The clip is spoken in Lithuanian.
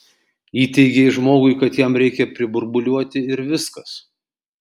įteigei žmogui kad jam reikia priburbuliuoti ir viskas